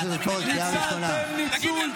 הזאת צריכה להתבייש.